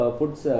puts